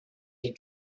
your